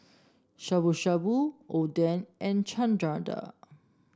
Shabu Shabu Oden and Chana Dal